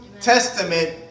Testament